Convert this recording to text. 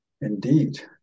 Indeed